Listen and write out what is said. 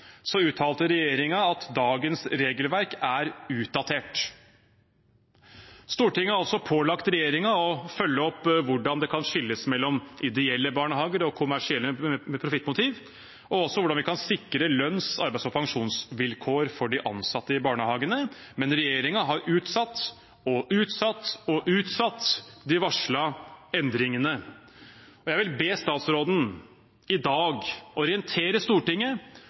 uttalte regjeringen at dagens regelverk er utdatert. Stortinget har pålagt regjeringen å følge opp hvordan det kan skilles mellom ideelle barnehager og kommersielle med profittmotiv, og også hvordan vi kan sikre lønns-, arbeids- og pensjonsvilkår for de ansatte i barnehagene, men regjeringen har utsatt og utsatt og utsatt de varslede endringene. Jeg vil be statsråden i dag orientere Stortinget